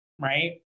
right